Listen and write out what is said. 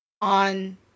on